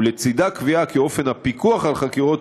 לצד חובה זו יש לקבוע כי אופן הפיקוח על חקירות